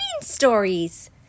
stories